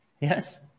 Yes